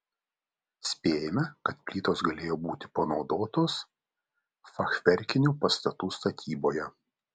spėjama kad plytos galėjo būti panaudotos fachverkinių pastatų statyboje